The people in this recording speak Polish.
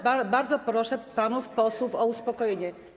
Bardzo proszę panów posłów o uspokojenie.